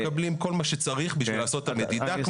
אנחנו מקבלים כל מה שצריך כדי לעשות את המדידה,